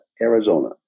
Arizona